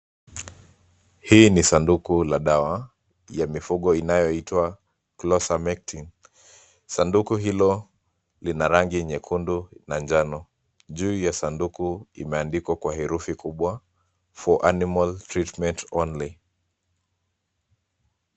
Hii ni sanduku la dawa ya mifugo inayoitwa ClosaMectin. Sanduku hilo lina rangi nyekundu na njano. Juu ya sanduku imeandikwa kwa herufi kubwa, FOR ANIMAL TREATMENT ONLY .